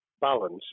balance